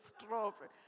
strawberry